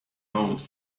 modes